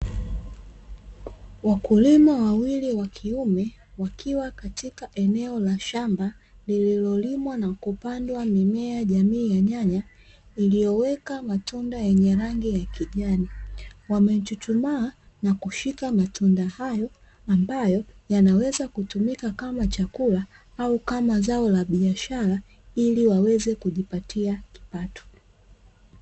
Wakulima wawili wa kiume wakiwa katika eneo la shamba lililolimwa na kupandwa mimea jamii ya nyanya iliyoweka matunda yenye rangi ya kijani, wamechuchumaa na kushika matunda hayo ambayo yanaweza kutumika kama chakula ama kama zao la biashara ili waweze kujipatia kipato.